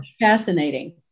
fascinating